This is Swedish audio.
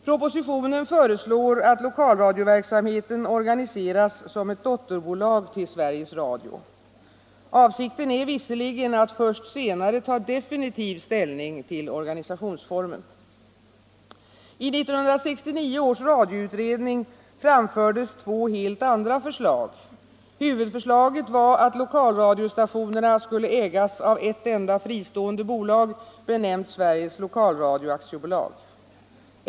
Propositionen föreslår att lokalradioverksamheten organiseras som ett dotterbolag till Sveriges Radio. Avsikten är visserligen att först senare ta definitiv ställning till organisationsformen. I 1969 års radioutredning framfördes två helt andra förslag. Huvudförslaget var att lokalradiostationerna skulle ägas av ett enda fristående bolag, benämnt Sveriges Lokalradio AB.